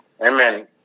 amen